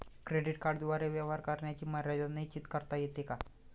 Credit कार्डद्वारे व्यवहार करण्याची मर्यादा निश्चित करता येते का?